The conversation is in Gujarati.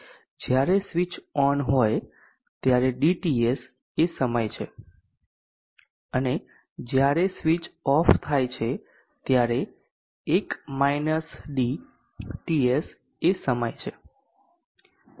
તેથી જ્યારે સ્વીચ ઓન હોય ત્યારે dTS એ સમય છે અને જ્યારે સ્વીચ ઓફ થાય છે ત્યારે TS એ સમય છે